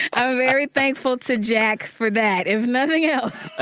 i'm very thankful to jack for that, if nothing else